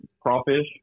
crawfish